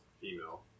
female